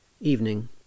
evening